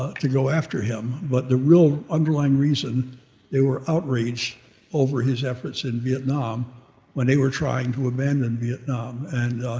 to go after him, but the real underlying reason they were outraged over his efforts in vietnam when they were trying to abandon vietnam. and